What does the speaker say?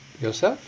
yourself